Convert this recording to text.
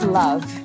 love